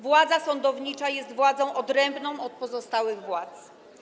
Władza sądownicza jest władzą odrębną od pozostałych władz.